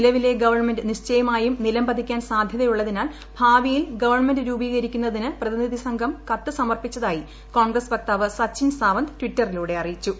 നിലവിലെ ഗവൺമെന്റ് നിശ്ചയമായും നിലംപതിയ്ക്കാൻ സാധൃതയുള്ളതിനാൽ ഭാവിയിൽ ഗവൺമെന്റ് രൂപീകരിക്കുന്നതിന് പ്രതിനിധി സംഘം കത്ത് സമർപ്പിച്ചതായി കോൺഗ്രസ് വക്താവ് സച്ചിൻ സാവന്ത് ട്വിറ്ററിലൂടെ അറിയിച്ചു